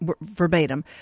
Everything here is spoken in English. verbatim